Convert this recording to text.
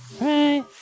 right